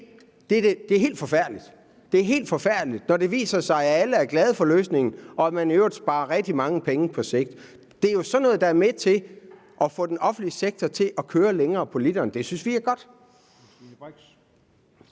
det er helt forfærdeligt, når det viser sig, at alle er glade for løsningen, og at man i øvrigt sparer rigtig mange penge på sigt? Det er jo sådan noget, der er med til at få den offentlige sektor til at køre længere på literen. Det synes vi er godt.